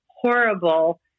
horrible